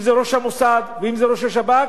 אם זה ראש המוסד ואם זה ראש השב"כ,